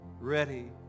ready